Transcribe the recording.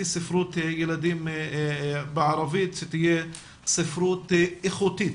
ספרות ילדים בערבית שתהיה ספרות איכותית